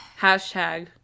Hashtag